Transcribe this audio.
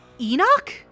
Enoch